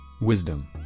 wisdom